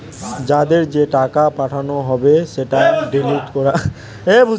যাদের যে টাকা পাঠানো হবে সেটা ডিলিট করা যায়